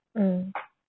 mm